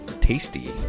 tasty